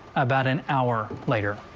about an hour later.